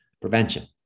Prevention